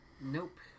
Nope